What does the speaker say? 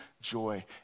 joy